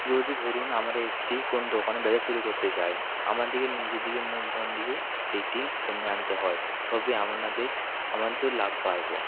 যদি ধরুন আমরা একটি কোন দোকানে ব্যবসা শুরু কোত্তে যাই আমার দিকে নিজের দিকে মূলধন দিকে সেইটি টেনে আনতে হয় তবে আপনাদের আমাদেরও লাভ পাবো